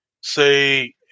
say